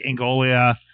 Angolia